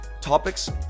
topics